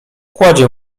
kładzie